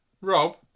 Rob